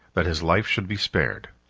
that his life should be spared.